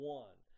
one